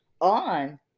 on